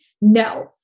No